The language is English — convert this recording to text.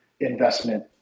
investment